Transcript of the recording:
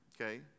okay